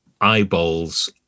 eyeballs